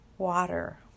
water